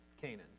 Canaan